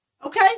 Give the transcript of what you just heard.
Okay